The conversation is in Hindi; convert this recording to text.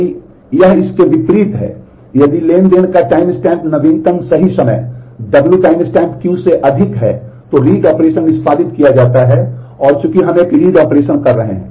यदि यह इसके विपरीत है यदि ट्रांज़ैक्शन का टाइमस्टैम्प नवीनतम सही समय W टाइमस्टैम्प से अधिक है तो रीड ऑपरेशन निष्पादित किया जाता है और चूंकि हम एक रीड ऑपरेशन कर रहे हैं